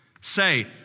say